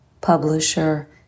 publisher